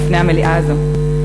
לפני המליאה הזאת.